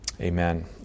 Amen